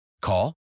Call